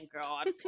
god